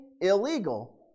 illegal